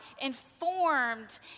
informed